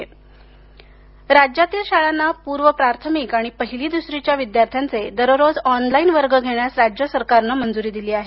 online वर्ग राज्यातील शाळांना पूर्व प्राथमिक आणि पहिली दुसरीच्या विद्यार्थ्यांचे दररोज ऑनलाईन वर्ग घेण्यास राज्य सरकारनं मंजूरी दिली आहे